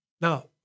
Now